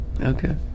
Okay